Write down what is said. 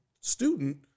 student